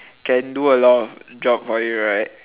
can do a lot of job for you right